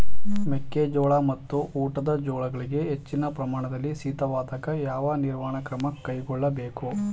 ಮೆಕ್ಕೆ ಜೋಳ ಮತ್ತು ಊಟದ ಜೋಳಗಳಿಗೆ ಹೆಚ್ಚಿನ ಪ್ರಮಾಣದಲ್ಲಿ ಶೀತವಾದಾಗ, ಯಾವ ನಿರ್ವಹಣಾ ಕ್ರಮ ಕೈಗೊಳ್ಳಬೇಕು?